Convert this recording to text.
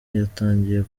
yatangiye